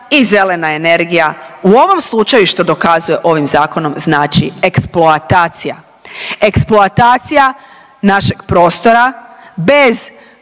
i zelena energija u ovom slučaju što dokazuje ovim zakonom znači eksploatacija. Eksploatacija našeg prostora bez